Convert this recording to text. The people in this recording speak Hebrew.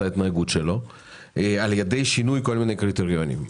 ההתנגדות שלו על ידי שינוי כל מיני קריטריונים.